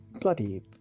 Bloody